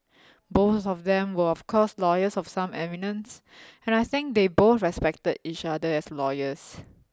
both of them were of course lawyers of some eminence and I think they both respected each other as lawyers